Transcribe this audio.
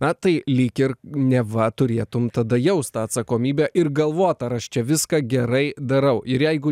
na tai lyg ir neva turėtum tada jaust tą atsakomybę ir galvot ar aš čia viską gerai darau ir jeigu